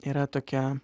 yra tokia